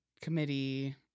committee